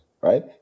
right